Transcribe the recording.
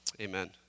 Amen